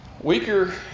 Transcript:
Weaker